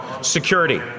security